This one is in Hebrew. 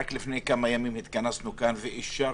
רק לפני כמה ימים התכנסנו כאן ואישרנו,